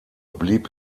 blieb